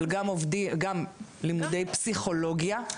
אבל גם לימודי פסיכולוגיה,